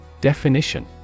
Definition